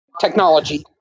technology